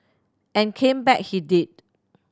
and came back he did